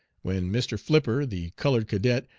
when mr. flipper, the colored cadet,